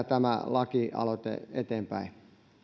tämä lakialoite eteenpäin